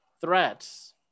threats